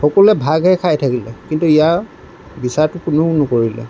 সকলোৱে ভাগহে খাই থাকিলে কিন্তু ইয়াৰ বিচাৰটো কোনেও নকৰিলে